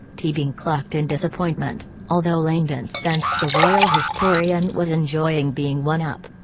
teabing clucked in disappointment, although langdon sensed the royal historian was enjoying being one up.